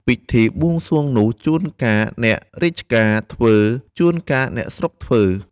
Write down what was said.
ពិធីបួងសួងនោះ ចួនកាលអ្នករាជការធ្វើ ចួនកាលអ្នកស្រុកធ្វើ ។